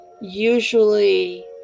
usually